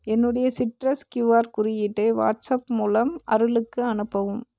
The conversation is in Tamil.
என்னுடைய சிட்ரஸ் கியூஆர் குறியீட்டை வாட்ஸாப் மூலம் அருளுக்கு அனுப்பவும்